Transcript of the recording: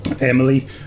Emily